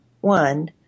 one